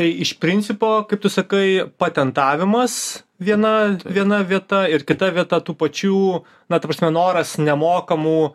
tai iš principo kaip tu sakai patentavimas viena viena vieta ir kita vieta tų pačių na ta prasme noras nemokamų